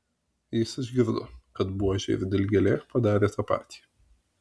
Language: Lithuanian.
jis išgirdo kad buožė ir dilgėlė padarė tą patį